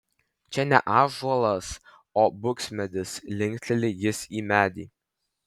čia ne ąžuolas o buksmedis linkteli jis į medį